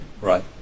right